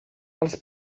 els